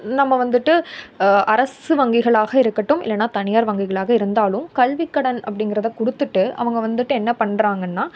நம்ம வந்துட்டு அரசு வங்கிகளாக இருக்கட்டும் இல்லைனா தனியார் வங்கிகளாக இருந்தாலும் கல்விக் கடன் அப்படிங்கிறத கொடுத்துட்டு வுங்க வந்துட்டு என்ன பண்ணுறாங்கன்னா